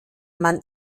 man